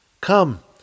Come